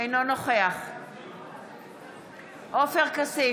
אינו נוכח עופר כסיף,